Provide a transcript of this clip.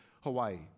Hawaii